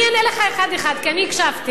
אני אענה לך אחד-אחד, כי אני הקשבתי.